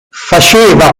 faceva